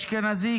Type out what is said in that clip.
אשכנזי,